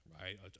right